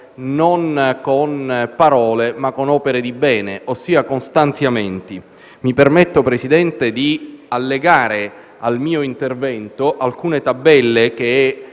non a parole, ma con opere di bene, ossia con stanziamenti. Mi permetto, signor Presidente, di chiedere di allegare al mio intervento alcune tabelle che